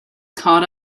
caught